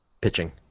pitching